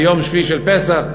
ביום שביעי של פסח,